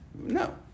No